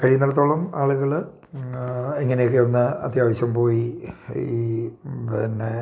കഴിയുന്നിടത്തോളം ആളുകൾ ഇങ്ങനെയൊക്കെ ഒന്ന് അത്യാവശ്യം പോയി ഈ പിന്നെ